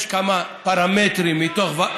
יש כמה פרמטרים מתוך ועדת